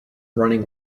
running